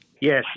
Yes